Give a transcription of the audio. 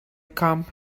come